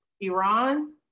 Iran